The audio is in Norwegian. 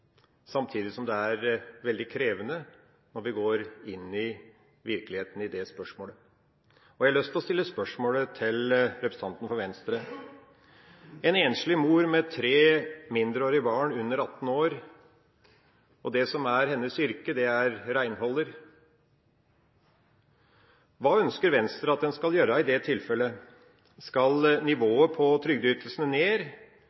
samtidig som det er veldig krevende når vi går inn i virkeligheten i det spørsmålet. Jeg har lyst til å stille et spørsmål til representanten for Venstre, som går på en enslig mor med tre mindreårige barn under 18 år. Det som er hennes yrke, er reinholder. Hva ønsker Venstre at en skal gjøre i det tilfellet? Skal nivået på trygdeytelsene ned,